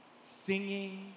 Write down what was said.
singing